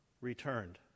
returned